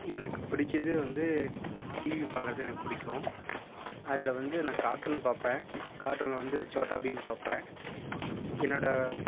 எனக்கு பிடித்தது வந்து டிவி பார்க்கறது எனக்கு பிடிக்கும் அதில் வந்து நான் கார்ட்டூன் பார்ப்பேன் கார்ட்டூனில் வந்து சோட்டா பீம் பார்ப்பேன் என்னோடய